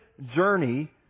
journey